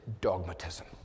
dogmatism